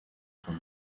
from